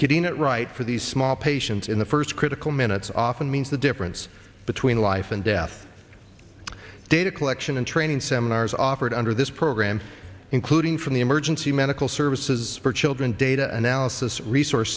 getting it right for these small patients in the first critical minutes often means the difference between life and death data collection and training seminars offered under this program including from the emergency medical services for children data analysis resource